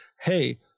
hey